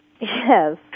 Yes